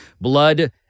Blood